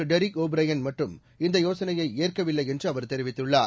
Derek O'Brien மட்டும் இந்த யோசனையை ஏற்கவில்லை என்று அவர் தெரிவித்துள்ளார்